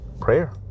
prayer